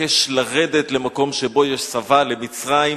מבקש לרדת למקום שבו יש שובע, למצרים,